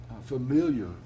familiar